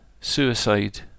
Suicide